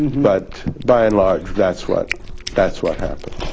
but by and large that's what that's what happened.